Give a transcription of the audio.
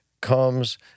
comes